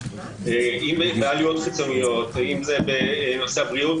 אם זה בעליות קיצוניות בנושא הבריאות,